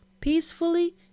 peacefully